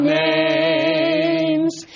names